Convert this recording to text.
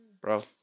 bro